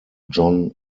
john